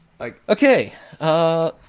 Okay